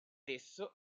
esso